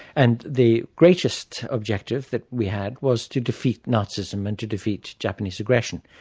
and the greatest objective that we had was to defeat nazism and to defeat japanese aggression.